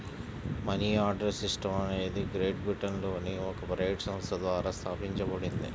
money order system అనేది great బ్రిటన్లోని ఒక ప్రైవేట్ సంస్థ ద్వారా స్థాపించబడింది